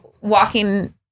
walking